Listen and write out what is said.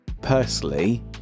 personally